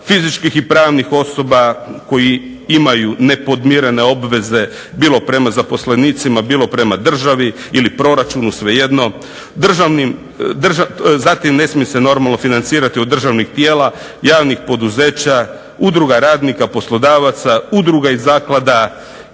fizičkih i pravnih osoba koji imaju nepodmirene obveze bilo prema zaposlenicima bilo prema državi ili proračunu, svejedno. Zatim, ne smije se normalno financirati od državnih tijela, javnih poduzeća, udruga radnika, poslodavaca, udruga i zaklada